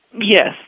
Yes